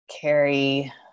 carry